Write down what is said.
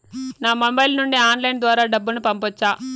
నా మొబైల్ నుండి ఆన్లైన్ ద్వారా డబ్బును పంపొచ్చా